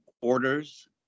orders